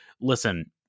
listen